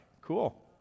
cool